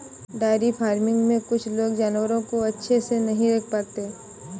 dairy farming में कुछ लोग जानवरों को अच्छे से नहीं रख पाते